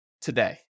today